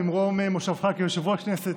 ממקום מושבך כיושב-ראש הכנסת,